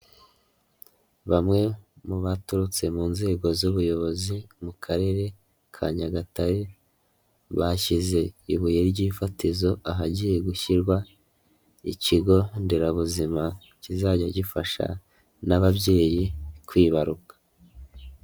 Bamwe mu baturutse mu nzego z'ubuyobozi mu karere ka Nyagatare, bashyize ibuye ry'ifatizo ahagiye gushyirwa ikigo nderabuzima kizajya gifasha n'ababyeyi kwibaruka.